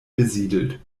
besiedelt